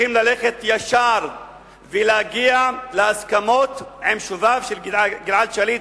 צריכים ללכת ישר ולהגיע להסכמות עם שוביו של גלעד שליט,